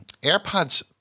AirPods